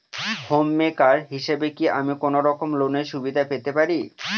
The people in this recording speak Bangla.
হোম মেকার হিসেবে কি আমি কোনো রকম লোনের সুবিধা পেতে পারি?